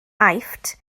aifft